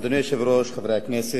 אדוני היושב-ראש, חברי הכנסת,